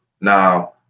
now